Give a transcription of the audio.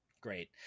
Great